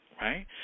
right